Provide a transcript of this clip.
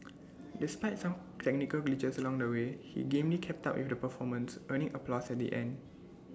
despite some technical glitches along the way he gamely kept up with the performance earning applause at the end